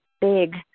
big